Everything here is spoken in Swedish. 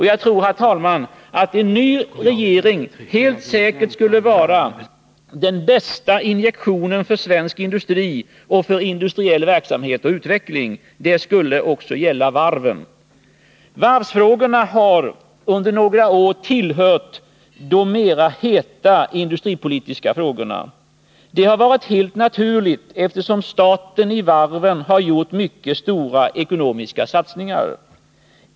Jag tror, herr talman, att en ny regering helt säkert skulle vara den bästa injektionen för svensk industri och för industriell verksamhet och utveckling. Det skulle också gälla varven. Varvsfrågorna har under några år tillhört de mera heta industripolitiska frågorna. Det har varit helt naturligt, eftersom staten i varven har gjort mycket stora ekonomiska satsningar.